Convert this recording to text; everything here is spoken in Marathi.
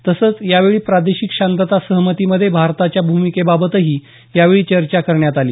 तसंच यावेळी प्रादेशिक शांतता सहमतीमधे भारताच्या भूमिकेबाबतही यावेळी चर्चा करण्यात आली